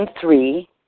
three